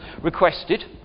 requested